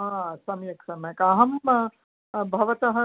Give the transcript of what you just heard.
हा सम्यक् सम्यक् अहं भवतः